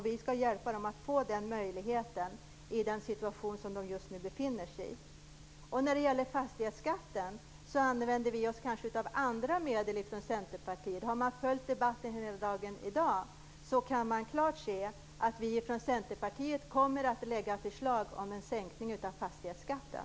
Vi skall hjälpa dem att få den möjligheten i den situation de just nu befinner sig i. När det gäller fastighetsskatten använder vi oss kanske av andra medel från Centerpartiets sida. Har man följt debatten i dag kan man klart se att Centerpartiet kommer att lägga fram förslag om en sänkning av fastighetsskatten.